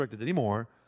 anymore